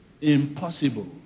impossible